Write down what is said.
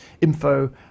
info